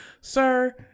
Sir